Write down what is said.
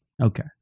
Okay